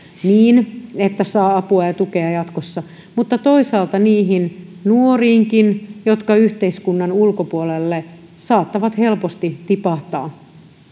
niin että saa apua ja tukea jatkossa että toisaalta niihin nuoriinkin jotka yhteiskunnan ulkopuolelle saattavat helposti tipahtaa